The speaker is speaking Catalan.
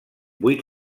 vuit